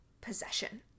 Possession